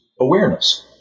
awareness